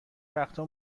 وقتها